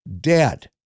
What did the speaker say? Dead